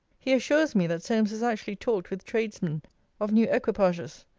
he assures me, that solmes has actually talked with tradesmen of new equipages,